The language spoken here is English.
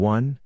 one